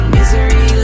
Misery